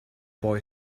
boy